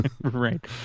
Right